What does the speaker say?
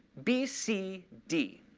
bc, d.